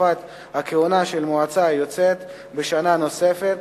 תקופת הכהונה של המועצה היוצאת בשנה נוספת,